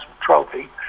trophy